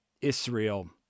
Israel